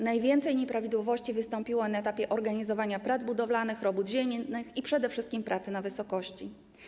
Najwięcej nieprawidłowości wystąpiło na etapie organizowania prac budowlanych, robót ziemnych i przede wszystkim pracy na wysokości.